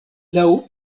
laŭ